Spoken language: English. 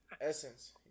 Essence